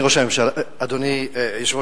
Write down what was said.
אדוני ראש הממשלה,